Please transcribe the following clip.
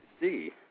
see